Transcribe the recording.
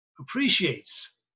appreciates